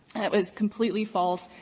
it was completely false.